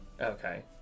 Okay